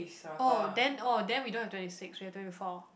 oh then oh then we don't have twenty six we have twenty four